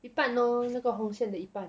一半 lor 那个红线的一半